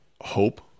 hope